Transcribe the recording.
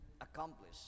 accomplish